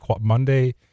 Monday